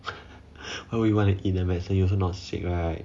why would you want to eat the medicine you also not sick right